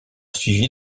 suivi